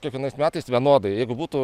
kiekvienais metais vienodai jeigu būtų